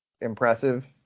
impressive